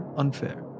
unfair